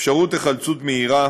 אפשרות היחלצות מהירה